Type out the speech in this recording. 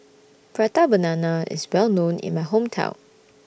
Prata Banana IS Well known in My Hometown